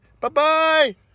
Bye-bye